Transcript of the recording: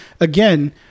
Again